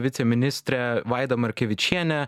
viceministrė vaida markevičienė